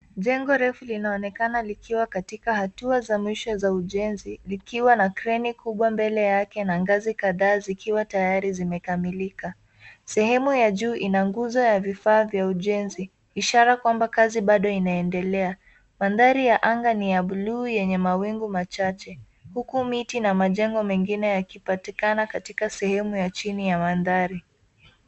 Jengo refu linaonekana likiwa katika hatua za mwisho za ujenzi likiwa na kreni kubwa mbele yake na ngazi kadhaa zikiwa tayari zimekamilika. Sehemu ya juu ina nguzo ya vifaa vya ujenzi ishara kwamba kazi bado inaendelea. Mandhari ya anga ni ya bluu yenye mawingu machache huku miti na majengo mengine yakipatikana katika sehemu ya chini ya mandhari.